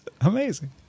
Amazing